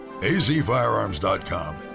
azfirearms.com